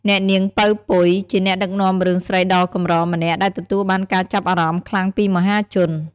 អ្នកនាង ពៅ ពុយ ជាអ្នកដឹកនាំរឿងស្រីដ៏កម្រម្នាក់ដែលទទួលបានការចាប់អារម្មណ៍ខ្លាំងពីមហាជន។